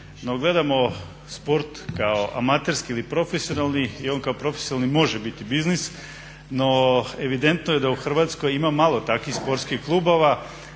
gledamo sport kao amaterski ili profesionalni i on kao profesionalni može biti biznis. No evidentno je da u Hrvatskoj ima malo takvih sportskih klubova,